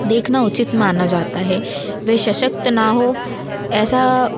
देखना उचित माना जाता है वे सशक्त ना हो ऐसा